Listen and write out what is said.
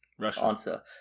answer